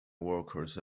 workers